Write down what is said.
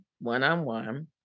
one-on-one